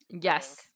Yes